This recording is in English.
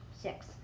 Six